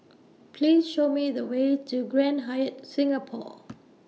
Please Show Me The Way to Grand Hyatt Singapore